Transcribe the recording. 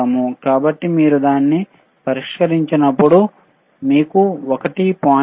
కాబట్టి మీరు దాన్ని పరిష్కరించినప్పుడు మీకు 1